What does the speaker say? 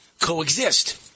coexist